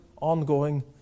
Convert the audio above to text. Ongoing